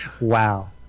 Wow